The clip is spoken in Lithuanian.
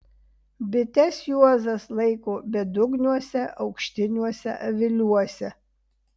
bites juozas laiko bedugniuose aukštiniuose aviliuose